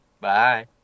Bye